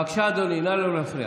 בבקשה, אדוני, נא לא להפריע.